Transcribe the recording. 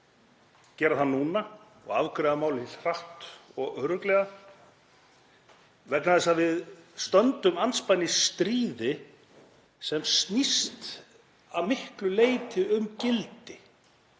gera það núna og afgreiða málið hratt og örugglega vegna þess að við stöndum andspænis stríði sem snýst að miklu leyti um gildi,